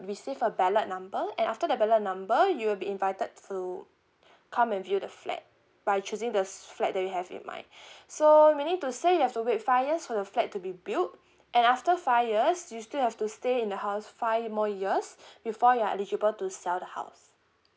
receive a ballot number and after that ballot number you'll be invited to come and view the flat by choosing the flat that you have in mind so meaning to say you have to wait five years for the flat to be built and after five years you still have to stay in the house five more years before you are eligible to sell the house